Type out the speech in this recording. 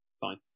Fine